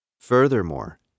Furthermore